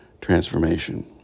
transformation